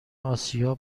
آسیا